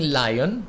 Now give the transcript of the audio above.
lion